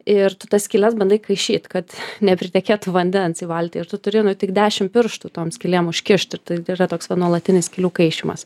ir tu tas skyles bandai kaišyt kad nepritekėtų vandens į valtį ir tu turi nu tik dešim pirštų tom skylėm užkišt ir tai tai yra toks va nuolatinis skylių kaišymas